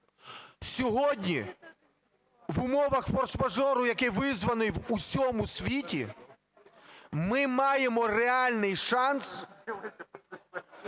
Сьогодні в умовах форс-мажору, який визнаний в усьому світі, ми маємо реальний шанс